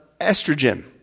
estrogen